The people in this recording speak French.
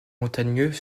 montagneux